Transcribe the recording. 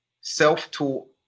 self-taught